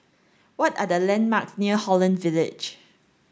what are the landmarks near Holland Village